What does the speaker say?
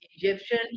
Egyptian